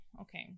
okay